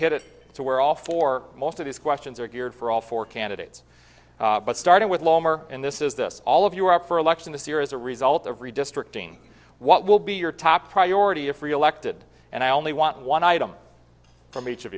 hit it so we're all for most of these questions are geared for all four candidates but starting with in this is this all of you are up for election this year as a result of redistricting what will be your top priority if reelected and i only want one item from each of